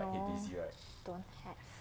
no don't have